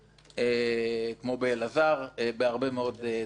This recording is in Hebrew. באלעזר בהרבה מאוד דברים.